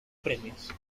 premios